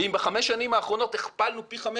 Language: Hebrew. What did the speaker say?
ואם בחמש השנים האחרונות הכפלנו פי חמש